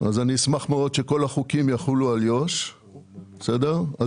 אני אשמח מאוד שכל החוקים יחול על יהודה ושומרון כי אז